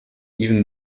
even